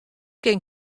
kin